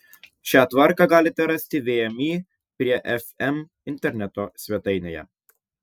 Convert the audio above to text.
šią tvarką galite rasti vmi prie fm interneto svetainėje